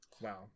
Wow